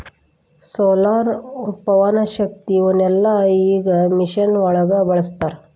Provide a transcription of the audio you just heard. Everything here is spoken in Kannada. ಸೋಲಾರ, ಪವನಶಕ್ತಿ ಇವನ್ನೆಲ್ಲಾ ಈಗ ಮಿಷನ್ ಒಳಗ ಬಳಸತಾರ